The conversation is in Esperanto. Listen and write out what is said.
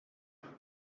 kaj